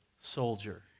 soldier